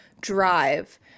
drive